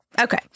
okay